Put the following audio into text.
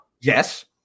Yes